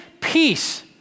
peace